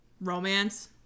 romance